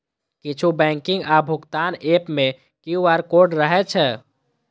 किछु बैंकिंग आ भुगतान एप मे क्यू.आर कोड रहै छै